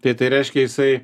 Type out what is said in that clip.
tai tai reiškia jisai